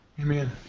Amen